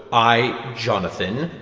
i, jonathan,